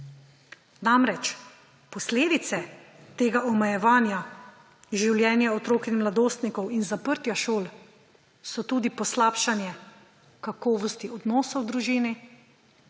Namreč posledice tega omejevanja življenja otrok in mladostnikov in zaprtja šol so tudi poslabšanje kakovosti odnosov v družini,